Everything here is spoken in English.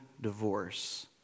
divorce